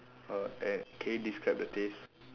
uh and can you describe the taste